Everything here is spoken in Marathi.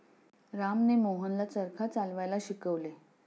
रामने मोहनला चरखा चालवायला शिकवले